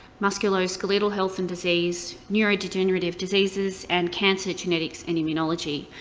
musculoskeletal health and disease neurodegenerative diseases and cancer, genetics and immunology.